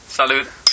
Salute